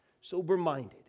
sober-minded